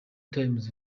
times